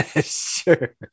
Sure